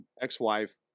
ex-wife